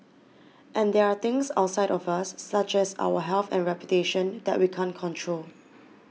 and there are things outside of us such as our health and reputation that we can't control